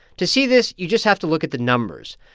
to see this, you just have to look at the numbers,